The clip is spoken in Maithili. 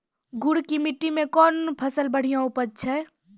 गुड़ की मिट्टी मैं कौन फसल बढ़िया उपज छ?